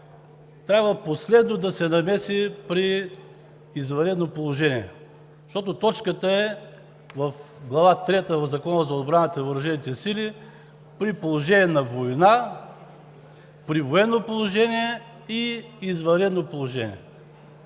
трябва последна да се намеси при извънредно положение, защото точката в Глава трета в Закона за отбраната и въоръжените сили е: при положение на война, при военно положение и извънредно положение.